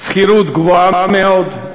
שכירות גבוהה מאוד,